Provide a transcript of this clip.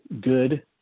good